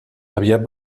aviat